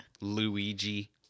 Luigi